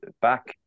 back